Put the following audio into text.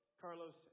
Carlos